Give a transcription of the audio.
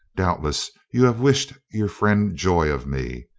doubtless you have wished your friend joy of me.